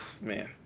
Man